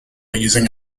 using